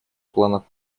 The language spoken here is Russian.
планов